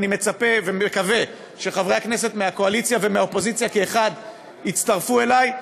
אני מצפה ומקווה שחברי הכנסת מהקואליציה ומהאופוזיציה כאחד יצטרפו אלי,